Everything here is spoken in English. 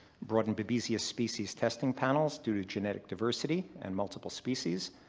broaden babesia species testing panels due to genetic diversity and multiple species.